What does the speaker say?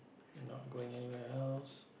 not going anywhere else